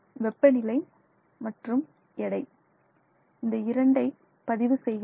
வெப்பநிலை மற்றும் எடை இந்த இரண்டை பதிவு செய்கிறீர்கள்